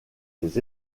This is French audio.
les